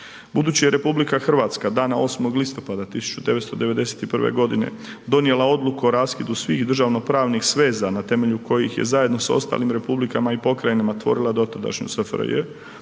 Budući je RH dana 8. listopada 1991. g. donijela odluku o raskidu svih državnopravnih sveza na temelju kojih je zajedno s ostalim republikama i pokrajinama tvorila dotadašnju SFRJ,